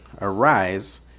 Arise